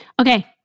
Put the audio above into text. Okay